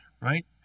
right